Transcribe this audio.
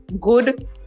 good